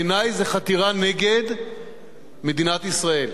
בעיני זה חתירה נגד מדינת ישראל.